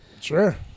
sure